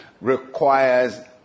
requires